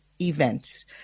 events